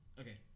Okay